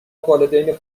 والدین